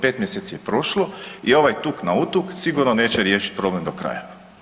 Pet mjeseci je prošlo i ovaj tuk nautuk sigurno neće riješiti problem do kraja.